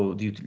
di